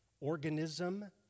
organism